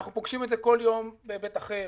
אנחנו פוגשים את זה בכל יום בהיבט אחר.